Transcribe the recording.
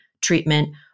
treatment